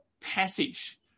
passage